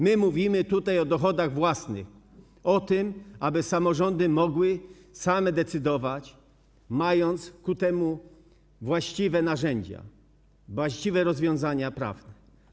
Mówimy tutaj o dochodach własnych, o tym, aby samorządy mogły same decydować, mając do tego właściwe narzędzia, właściwe rozwiązania prawne.